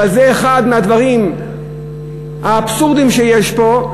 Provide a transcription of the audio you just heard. אבל זה אחד מהדברים האבסורדיים שיש פה.